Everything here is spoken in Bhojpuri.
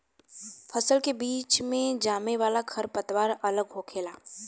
फसल के बीच मे जामे वाला खर पतवार अलग होखेला